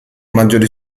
maggiori